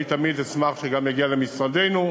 אני תמיד אשמח שגם יגיע למשרדנו,